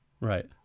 Right